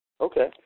okay